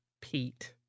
Pete